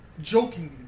jokingly